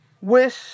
wish